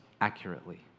accurately